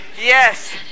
Yes